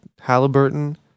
Halliburton